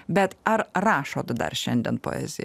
bet ar rašot dar šiandien poezija